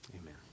Amen